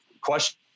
question